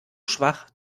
schwach